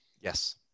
Yes